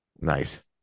Nice